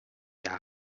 die